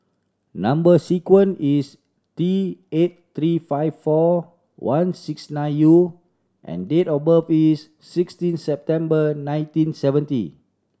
number sequence is T eight three five four one six nine U and date of birth is sixteen September nineteen seventy